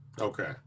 Okay